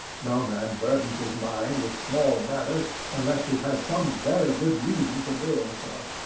no man burdens his mind with small matters unless he has some very good reason for doing so.